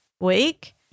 week